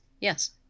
Yes